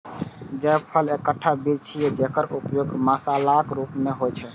जायफल एकटा बीज छियै, जेकर उपयोग मसालाक रूप मे होइ छै